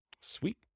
Sweet